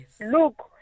Look